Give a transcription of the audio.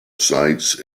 sites